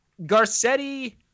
Garcetti